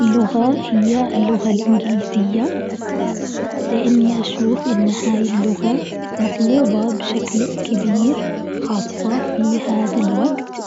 اللغة هي اللغة الإنجليزية، لإني أشوف إن هاي اللغة مطلوبة بشكل كبير خاصة في هذا الوقت